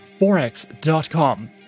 Forex.com